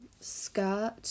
skirt